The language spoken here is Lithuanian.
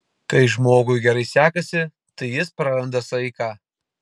kai žmogui gerai sekasi tai jis praranda saiką